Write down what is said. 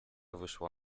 wyszła